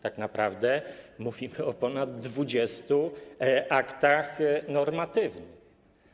Tak naprawdę mówimy o ponad dwudziestu aktach normatywnych.